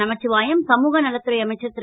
நமசிவாயம் சமூக நலத்துறை அமைச்சர் ரு